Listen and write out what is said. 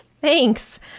Thanks